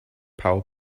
power